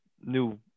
new